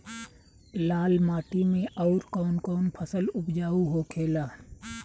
लाल माटी मे आउर कौन कौन फसल उपजाऊ होखे ला?